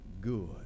good